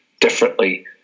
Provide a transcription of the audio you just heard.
differently